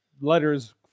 letters